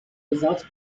results